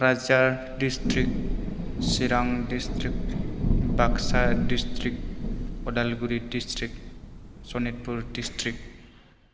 Kokrajhar district Chirang district Baksa district Udalguri district Sonitpur district